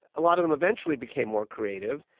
a lot of them eventually became more creative.